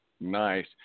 Nice